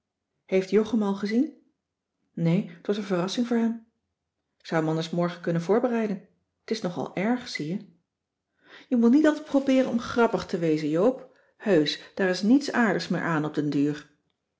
heeft jog hem al gezien nee t wordt een verrassing voor hem ik zou hem anders morgen kunnen voorbereiden t is nog al erg zie je je moet niet altijd probeeren om grappig te wezen cissy van marxveldt de h b s tijd van joop ter heul joop heusch daar is niets aardigs meer aan op den duur